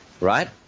right